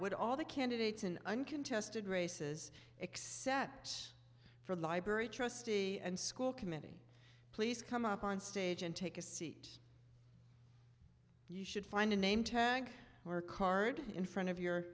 with all the candidates in uncontested races except for the library trustee and school committee please come up on stage and take a seat you should find a name tag or card in front of your